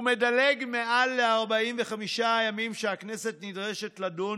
הוא מדלג מעל 45 הימים שהכנסת נדרשת לדון